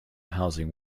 housing